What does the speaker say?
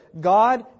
God